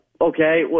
okay